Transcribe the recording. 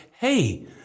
hey